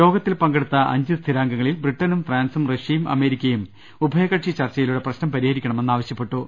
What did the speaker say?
യോഗത്തിൽ പങ്കെടുത്ത അഞ്ച് സ്ഥിരാംഗങ്ങളിൽ ബ്രിട്ടനും ഫ്രാൻസും റഷ്യയും അമേരിക്കയും ഉഭയകക്ഷി ചർച്ചയിലൂടെ പ്രശ്നം പരിഹരിക്കണമെന്ന് ആവശ്യ പ്പെട്ടു